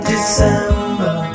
December